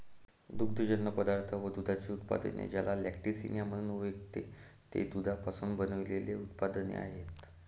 दुग्धजन्य पदार्थ व दुधाची उत्पादने, ज्याला लॅक्टिसिनिया म्हणून ओळखते, ते दुधापासून बनविलेले उत्पादने आहेत